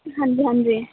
ਹਾਂਜੀ ਹਾਂਜੀ